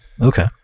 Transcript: Okay